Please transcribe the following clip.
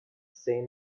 say